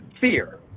fear